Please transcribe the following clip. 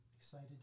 excited